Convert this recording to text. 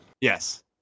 Yes